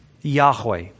Yahweh